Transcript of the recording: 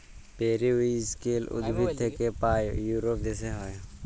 periwinkle উদ্ভিদ থাক্যে পায় ইউরোপ দ্যাশে হ্যয়